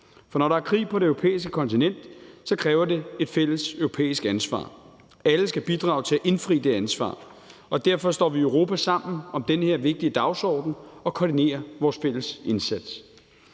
For når der er krig på det europæiske kontinent, kræver det et fælles europæisk ansvar, og alle skal bidrage til at indfri det ansvar. Derfor står vi i Europa sammen om den her vigtige dagsorden og koordinerer vores fælles indsats.